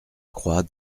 croix